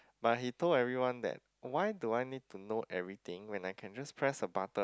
but he told everyone that why do I need to know everything when I can just press a button